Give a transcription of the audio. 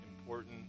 important